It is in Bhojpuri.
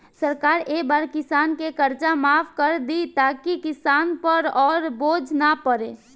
सरकार ए बार किसान के कर्जा माफ कर दि ताकि किसान पर अउर बोझ ना पड़े